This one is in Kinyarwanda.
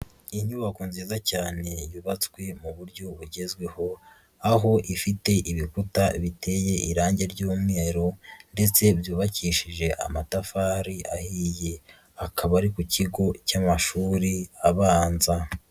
Inyubako nziza cyane yubatswe mu buryo bugezweho, aho ifite ibikuta biteye irange ry'umweru ndetse byubakishije amatafari ahiye, akaba ari ku kigo cy'amashuri abanza.